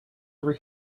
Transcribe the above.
over